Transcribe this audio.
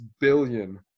billion